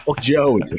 joey